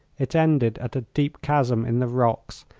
it ended at a deep chasm in the rocks,